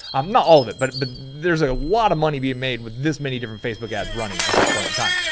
i'm not all of it, but but there's a lot of money being made with this many different facebook ads running at this point in time.